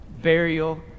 burial